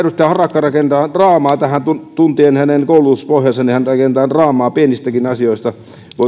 harakka rakentaa draamaa tähän tuntien hänen koulutuspohjansa hän rakentaa draamaa pienistäkin asioista